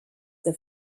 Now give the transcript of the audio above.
the